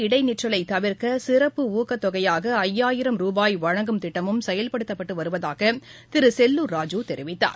இடைநிற்றலைதவிர்க்கசிறப்பு ஊக்கத்தொகையாகஐயாயிரம் ரூபாய் வழங்கும் திட்டமும் கல்வி செயல்படுத்தப்பட்டுவருவதாகதிருசெல்லூர் ராஜூ தெரிவித்தார்